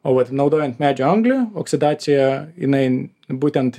o vat naudojant medžio anglį oksidacija jinai būtent